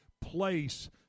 place